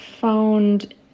found